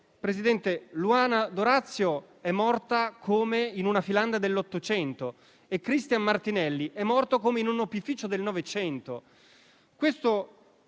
Presidente, Luana D'Orazio è morta come in una filanda dell'Ottocento e Christian Martinelli è morto come in un opificio del Novecento. Fatti